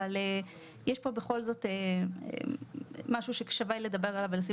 אבל יש פה בכל זאת משהו ששווה לדבר עליו ולשים